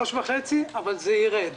3.5%, אבל זה ירד.